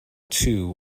two